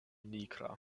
nigra